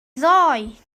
ddoe